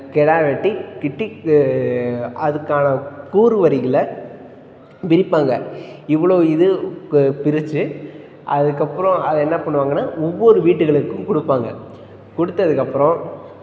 கிடா வெட்டி கிட்டி அதுக்கான கூறு வரிகள் பிரிப்பாங்க இவ்வளோ இது க பிரித்து அதுக்கப்புறம் அதை என்ன பண்ணுவாங்கன்னால் ஒவ்வொரு வீட்டுகளுக்கும் கொடுப்பாங்க கொடுத்ததுக்கப்பறம்